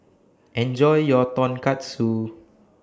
Enjoy your Tonkatsu